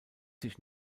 sich